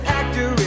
actor